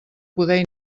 poder